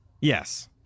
yes